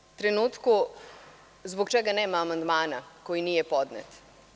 U ovom trenutku zbog čega nema amandmana koji nije podnet.